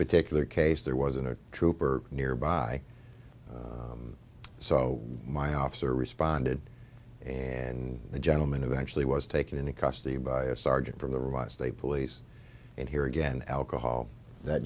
particular case there wasn't a trooper nearby so my officer responded and the gentleman who actually was taken into custody by a sergeant from the revise they police and here again alcohol that